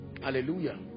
Hallelujah